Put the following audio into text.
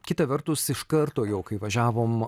kita vertus iš karto jau kai važiavom